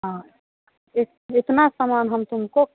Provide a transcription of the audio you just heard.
हाँ इतना समान हम तुमको